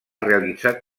realitzar